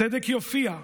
הצדק יופיע,